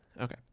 Okay